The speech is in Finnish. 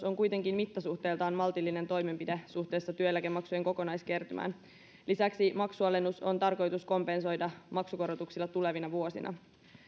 on kuitenkin mittasuhteiltaan maltillinen toimenpide suhteessa työeläkemaksujen kokonaiskertymään lisäksi maksualennus on tarkoitus kompensoida maksukorotuksilla tulevina vuosina